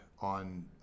on